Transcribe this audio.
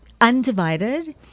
undivided